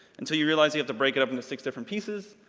until you realize you have to break it up into six different pieces,